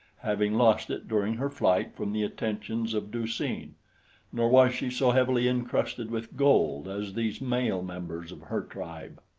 having lost it during her flight from the attentions of du-seen nor was she so heavily incrusted with gold as these male members of her tribe.